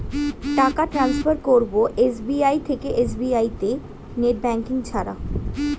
টাকা টান্সফার করব এস.বি.আই থেকে এস.বি.আই তে নেট ব্যাঙ্কিং ছাড়া?